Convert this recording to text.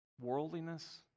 worldliness